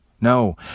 No